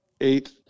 eight